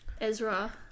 Ezra